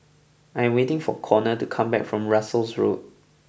I am waiting for Conner to come back from Russels Road